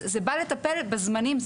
זה בא לטפל בזמנים.